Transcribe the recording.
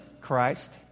Christ